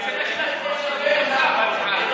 בסכום הזה באמת היה אפשר,